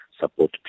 support